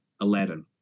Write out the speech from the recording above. Aladdin